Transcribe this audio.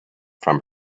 from